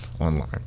online